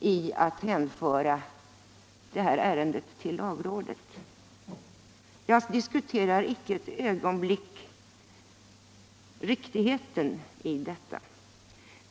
i att hänföra det här ärendet till lagrådet. Jag ifrågasätter icke ett ögonblick riktigheten i detta.